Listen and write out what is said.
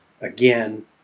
again